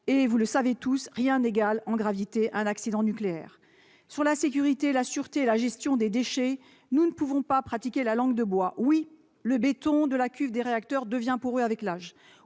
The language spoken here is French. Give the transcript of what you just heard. ? Vous le savez tous : rien n'égale en gravité un accident nucléaire. Sur la sécurité, la sûreté et la gestion des déchets, nous ne pouvons pas pratiquer la langue de bois. Oui, le béton de la cuve des réacteurs devient poreux avec l'âge.